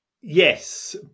Yes